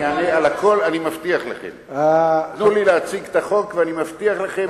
אני אענה על הכול, אני מבטיח לכם.